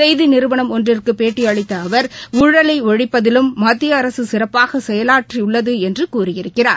செய்தி நிறுவனம் ஒன்றிற்கு பேட்டியளித்த அவர் ஊழலை ஒழிப்பதிலும் மத்திய அரசு சிறப்பாக செயலாற்றியுள்ளது என்று கூறியிருக்கிறார்